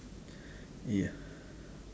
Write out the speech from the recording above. ya